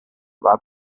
war